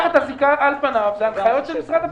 הזיקה על פניו זה הנחיות של משרד הפנים.